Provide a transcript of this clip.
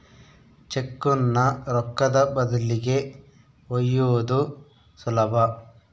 ಚೆಕ್ಕುನ್ನ ರೊಕ್ಕದ ಬದಲಿಗಿ ಒಯ್ಯೋದು ಸುಲಭ